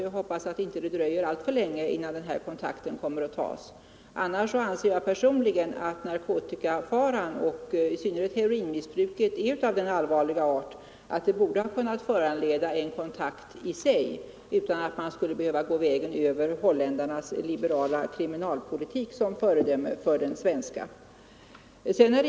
Jag hoppas att det inte dröjer alltför länge innan denna kontakt tas. Annars anser jag personligen att narkotikafaran och i synnerhet heroinmissbruket är av så allvarlig art att det i sig borde ha kunnat föranleda en kontakt utan att man tar holländarnas liberala kriminalpolitik som förevändning.